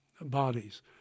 bodies